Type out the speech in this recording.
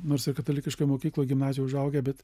nors ir katalikiškoj mokykloj gimnazijoj užaugę bet